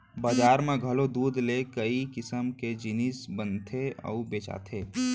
बजार म घलौ दूद ले कई किसम के जिनिस बनथे अउ बेचाथे